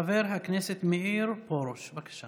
חבר הכנסת מאיר פרוש, בבקשה